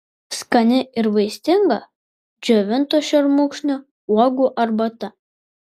skani ir vaistinga džiovintų šermukšnio uogų arbata